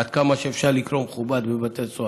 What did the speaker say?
עד כמה שאפשר לקרוא מכובד למי שבבתי הסוהר.